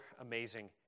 amazing